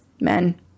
men